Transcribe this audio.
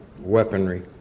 weaponry